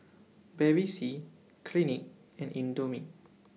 Bevy C Clinique and Indomie